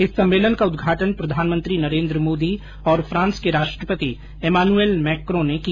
इस सम्मेलन का उद्घाटन प्रधानमंत्री नरेन्द्र मोदी और फांस के राष्ट्रपति एमानुएल मैक्रों ने किया